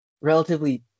relatively